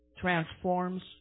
transforms